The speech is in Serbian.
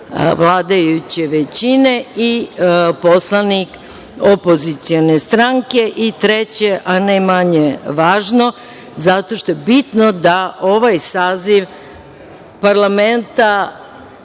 vladajuće većine i poslanik opozicione stranke i, treće, a ne manje važno, zato što je bitno da ovaj saziv parlamenta